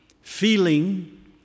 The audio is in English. feeling